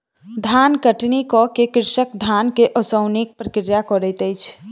धान कटनी कअ के कृषक धान के ओसौनिक प्रक्रिया करैत अछि